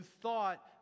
thought